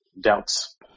doubts